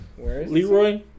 Leroy